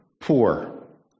poor